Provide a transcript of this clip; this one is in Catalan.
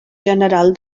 general